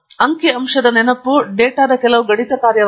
ಅಂಕಿಅಂಶದ ನೆನಪು ಡೇಟಾದ ಕೆಲವು ಗಣಿತ ಕಾರ್ಯವಾಗಿದೆ